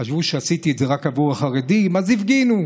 חשבו שעשיתי את זה רק עבור החרדים, אז הפגינו.